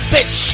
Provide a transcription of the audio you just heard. Bitch